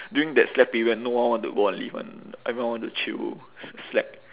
during that slack period no one want to go on leave [one] everyone want to chill s~ slack